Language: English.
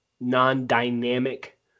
non-dynamic